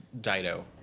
Dido